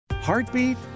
Heartbeat